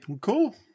Cool